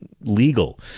legal